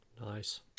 Nice